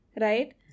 right